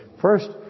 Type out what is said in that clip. first